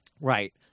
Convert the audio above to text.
Right